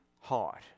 heart